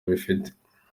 bifite